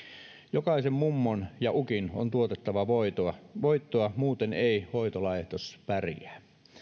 jokaisen mummon ja ukin on tuotettava voittoa voittoa muuten ei hoitolaitos pärjää